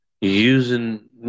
using